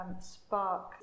spark